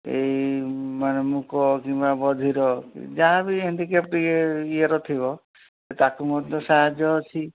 ଏଇମାନେ ମୁକ କିମ୍ବା ବଧିର ଯାହା ବି ହେଣ୍ଡିକ୍ୟାଫ୍ଟ୍ ୟେ ୟେ ର ଥିବ ତାକୁ ମଧ୍ୟ ମଧ୍ୟ ସାହାଯ୍ୟ ଅଛି